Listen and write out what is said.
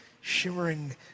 shimmering